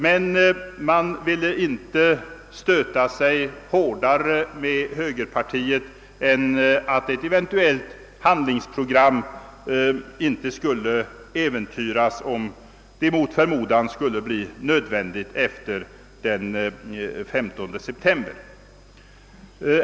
Dessutom ville man inte stöta sig så hårt med högerpartiet att ett eventuellt handlingsprogram skulle äventyras, om ett sådant mot förmodan skulle bli nödvändigt efter den 15 september.